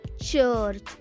church